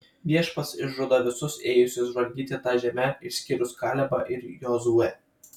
viešpats išžudo visus ėjusius žvalgyti tą žemę išskyrus kalebą ir jozuę